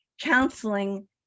counseling